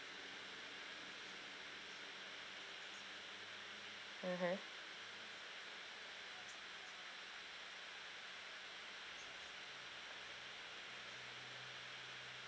mmhmm